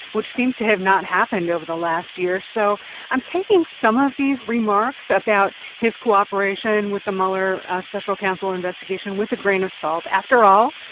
which seems to have not happened over the last year. so i'm taking some of these remarks about his cooperation with the mueller special counsel investigation with a grain of salt. after all,